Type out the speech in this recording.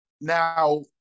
Now